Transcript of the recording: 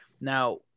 now